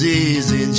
easy